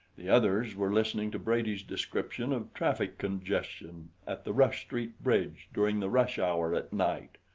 the others were listening to brady's description of traffic congestion at the rush street bridge during the rush hour at night.